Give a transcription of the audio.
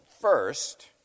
first